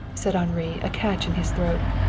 said henri, a catch in his throat.